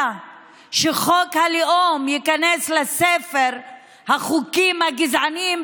שחוק הלאום ייכנס לספר החוקים הגזעניים,